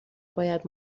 باید